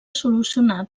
solucionar